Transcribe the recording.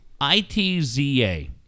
I-T-Z-A